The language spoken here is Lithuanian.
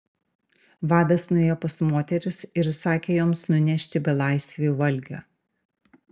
vadas nuėjo pas moteris ir įsakė joms nunešti belaisviui valgio